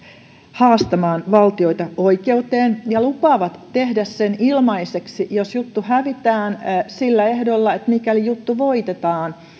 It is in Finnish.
haastamaan valtioita oikeuteen ja jotka lupaavat tehdä sen ilmaiseksi jos juttu hävitään sillä ehdolla että mikäli juttu voitetaan